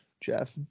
Jeff